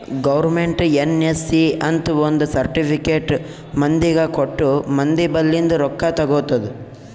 government NSC ಅಂತ್ ಒಂದ್ certificate ಮಂದಿಗ ಕೊಟ್ಟು ಮಂದಿ ಬಲ್ಲಿಂದ್ ರೊಕ್ಕಾ ತಗೊತ್ತುದ್